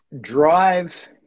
drive